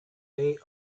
day